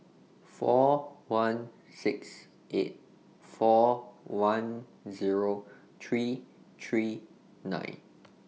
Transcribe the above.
four one six eight four one Zero three three nine